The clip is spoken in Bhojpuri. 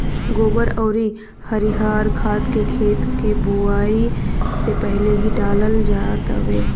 गोबर अउरी हरिहर खाद के खेत के बोआई से पहिले ही डालल जात हवे